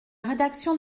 rédaction